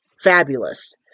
fabulous